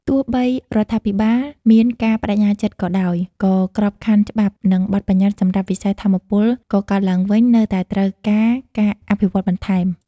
ទោះបីរដ្ឋាភិបាលមានការប្តេជ្ញាចិត្តក៏ដោយ ក៏ក្របខ័ណ្ឌច្បាប់ និងបទប្បញ្ញត្តិសម្រាប់វិស័យថាមពលកកើតឡើងវិញនៅតែត្រូវការការអភិវឌ្ឍបន្ថែម។